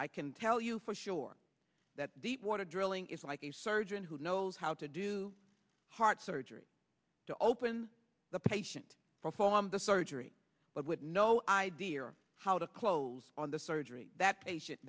i can tell you for sure that the water drilling is like a surgeon who knows how to do heart surgery to open the patient perform the surgery but with no idea how to close on the surgery that patient